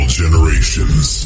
generations